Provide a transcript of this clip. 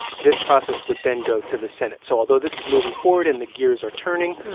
this process would then go to the senate. so although this is moving forward and the gears are turning,